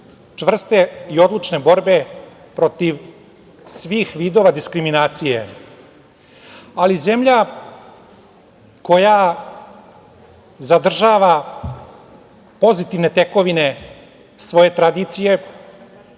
čvrste i odlučne borbe protiv svih vidova diskriminacije, ali zemlja koja zadržava pozitivne tekovine svoje tradicije